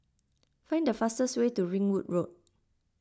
find the fastest way to Ringwood Road